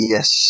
Yes